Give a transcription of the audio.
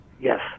Yes